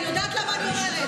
אני יודעת מה אני אומרת,